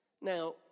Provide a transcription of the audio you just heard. Now